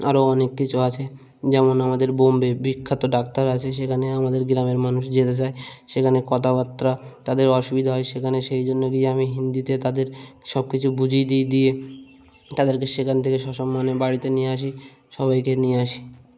আরও অনেক কিছু আছে যেমন আমাদের বোম্বে বিখ্যাত ডাক্তার আছে সেখানে আমাদের গ্রামের মানুষ যেতে চায় সেখানে কথাবার্তা তাদের অসুবিধা হয় সেখানে সেই জন্য গিয়ে আমি হিন্দিতে তাদের সব কিছু বুঝিয়ে দিয়ে দিয়ে তাদেরকে সেখান থেকে সসম্মানে বাড়িতে নিয়ে আসি সবাইকে নিয়ে আসি